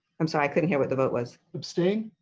i'm sorry, i couldn't hear what the vote was? abstain?